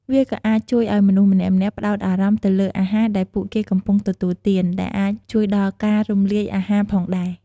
វាក៏អាចជួយឱ្យមនុស្សម្នាក់ៗផ្តោតអារម្មណ៍ទៅលើអាហារដែលពួកគេកំពុងទទួលទាន ដែលអាចជួយដល់ការរំលាយអាហារផងដែរ។